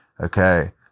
okay